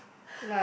so